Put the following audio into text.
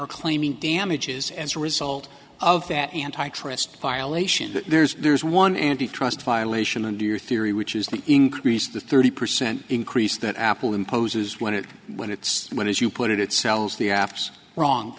are claiming damages as a result of that antitrust violation that there's there's one antitrust violation under your theory which is the increase of the thirty percent increase that apple imposes when it when it's when as you put it it sells the aft wrong